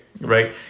right